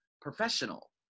professional